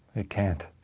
it can't.